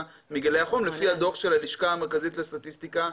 מגלי החום לפי הדוח של הלשכה המרכזית לסטטיסטיקה.